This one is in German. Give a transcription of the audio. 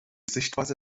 sichtweise